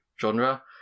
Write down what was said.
genre